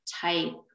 type